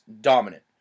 dominant